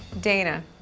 Dana